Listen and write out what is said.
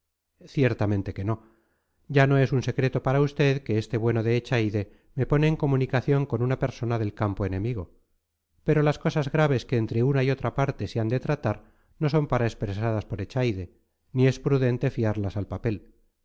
ciertamente que no ya no es un secreto para usted que este bueno de echaide me pone en comunicación con una persona del campo enemigo pero las cosas graves que entre una y otra parte se han de tratar no son para expresadas por echaide ni es prudente fiarlas al papel